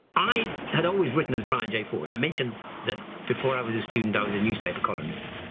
i had always written as brian j. ford. i mentioned that before i was a student, i was a newspaper columnist.